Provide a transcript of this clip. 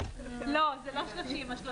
זה לא 30. זה מחוק.